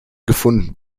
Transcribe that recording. gefunden